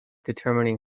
determining